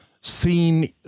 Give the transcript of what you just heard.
seen